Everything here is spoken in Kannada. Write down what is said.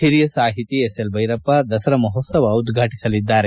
ಹಿರಿಯ ಸಾಹಿತಿ ಎಸ್ ಎಲ್ ಭೈರಪ್ಪ ಮಹೋತ್ಸವವನ್ನು ಉದ್ಘಾಟಿಸಲಿದ್ದಾರೆ